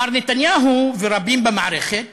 מר נתניהו ורבים במערכת